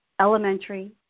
elementary